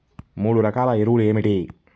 మూడు రకాల ఎరువులు ఏమిటి?